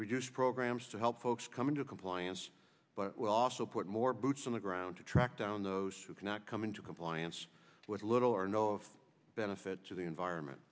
reduce programs to help folks come into compliance but also put more boots on the ground to track down those who cannot come into compliance with little or no of benefit to the environment